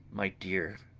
my dear,